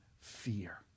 fear